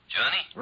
Johnny